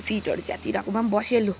सिटहरू च्यातिइरहेकोमा पनि बस्यो है लु